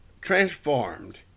transformed